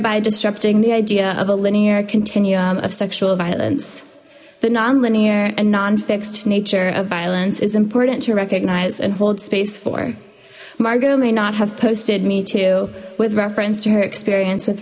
thereby disrupting the idea of a linear continuum of sexual violence the nonlinear and non fixed nature of violence is important to recognize and hold space for margo may not have posted me too with reference to her experience with